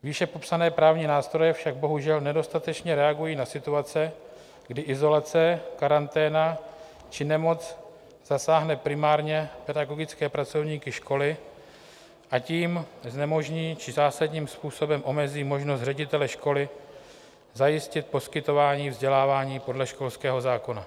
Výše popsané právní nástroje však bohužel nedostatečně reagují na situace, kdy izolace, karanténa či nemoc zasáhnou primárně pedagogické pracovníky školy a tím znemožní či zásadním způsobem omezí možnost ředitele školy zajistit poskytování vzdělávání podle školského zákona.